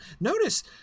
Notice